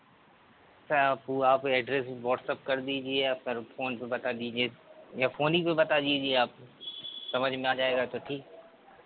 sir आपको आप address WhatsApp कर दीजिये आप कर फोन पे बता दीजिये या फोन ही पर बता दीजिये आप समझ में आ जाएगा सर ठीक